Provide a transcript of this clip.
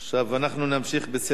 עכשיו אנחנו נמשיך בסדר-היום.